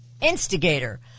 Instigator